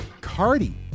Cardi